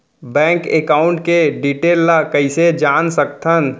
Bank account के detail ल कइसे जान सकथन?